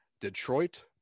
Detroit